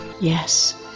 yes